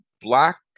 black